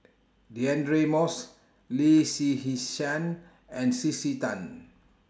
Deirdre Moss Lee and C C Tan